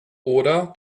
oder